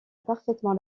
parfaitement